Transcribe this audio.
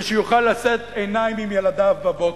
ושיוכל לשאת עיניים אל ילדיו בבוקר.